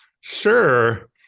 Sure